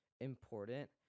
important